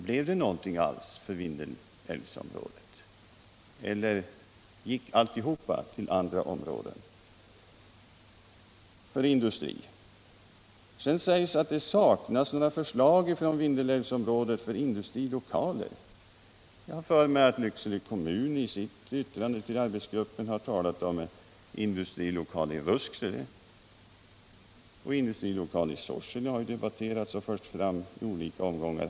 Blev det någonting alls för Vindelälvsområdet eller gick alltihop till industrin i andra områden? Här sägs att det saknas förslag från Vindelälvsområdet när det gäller industrilokaler. Jag har för mig att Lycksele kommun i sitt yttrande till arbetsgruppen har fört fram en industrilokal i Rusksele. Förslag om en industrilokal i Sorsele har också förts fram och debatterats i olika omgångar.